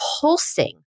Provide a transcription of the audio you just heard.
pulsing